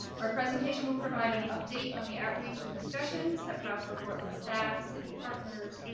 our presentation will provide an update on the outreach and discussions that prosper portland staff, city partners,